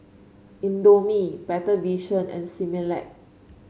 Indomie Better Vision and Similac